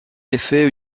effet